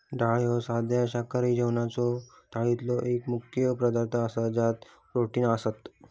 डाळ ही साध्या शाकाहारी जेवणाच्या थाळीतलो एक मुख्य पदार्थ आसा ज्याच्यात प्रोटीन असता